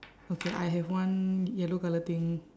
okay I have one yellow colour thing